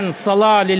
שאנשים יבינו.